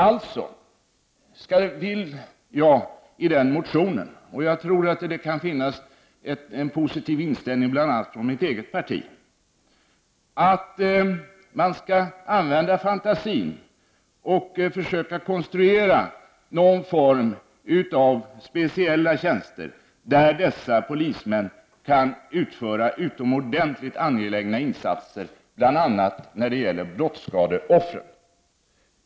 Alltså vill jag i min motion, och det finns nog en positiv inställning från bl.a. mitt eget parti till detta — att man skall använda fantasin och försöka konstruera någon form av speciella tjänster där dessa polismän kan utföra utomordentligt angelägna insatser, bl.a. när det gäller brottsskadeoffer.